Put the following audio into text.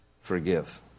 forgive